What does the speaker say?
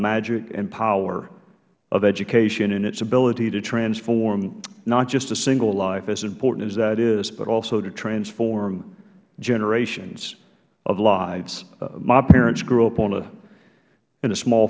magic and power of education and its ability to transform not just a single life as important as that is but also to transform generations of lives my parents grew up in a small